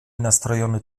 nastrojony